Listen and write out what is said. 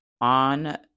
on